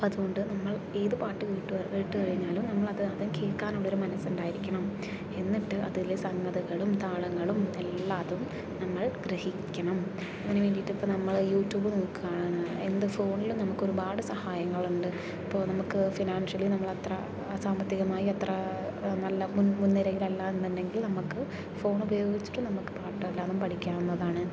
അപ്പോൾ അതുകൊണ്ട് നമ്മൾ ഏതു പാട്ട് കേട്ടു കേട്ടു കഴിഞ്ഞാലും നമ്മളത് ആദ്യം കേൾക്കാനുള്ള ഒരു മനസ്സ് ഉണ്ടായിരിക്കണം എന്നിട്ട് അതിലെ സംഗതികളും താളങ്ങളും എല്ലാതും നമ്മൾ ഗ്രഹിക്കണം അതിനു വേണ്ടിയിട്ട് ഇപ്പോൾ നമ്മൾ യൂട്യൂബ് നോക്കുകയാണ് എന്ത് ഫോണിൽ നമുക്ക് ഒരുപാട് സഹായങ്ങൾ ഉണ്ട് ഇപ്പോൾ നമ്മൾക്ക് ഫിനാൻഷ്യലി നമ്മൾ അത്ര സാമ്പത്തികമായി അത്ര നല്ല മുൻ മുൻ നിരയിൽ അല്ല എന്നുണ്ടെങ്കിൽ നമ്മൾക്ക് ഫോൺ ഉപയോഗിച്ചിട്ടും നമ്മൾക്ക് പാട്ട് എല്ലായിതും പഠിക്കാവുന്നതാണ്